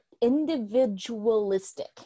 individualistic